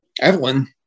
Evelyn